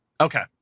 okay